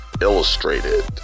illustrated